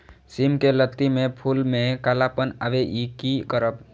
सिम के लत्ती में फुल में कालापन आवे इ कि करब?